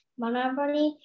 manabari